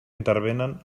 intervenen